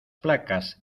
placas